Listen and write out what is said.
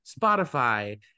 spotify